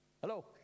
Hello